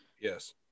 Yes